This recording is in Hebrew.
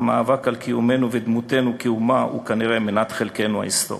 והמאבק על קיומנו ודמותנו כאומה הוא כנראה מנת חלקנו ההיסטורית.